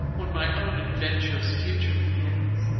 when my own adventurous future begins.